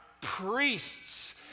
priests